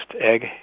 egg